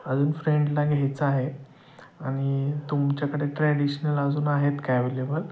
अजून फ्रेंडला घ्यायचं आहे आणि तुमच्याकडे ट्रॅडिशनल अजून आहेत काय अवेलेबल